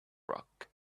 rock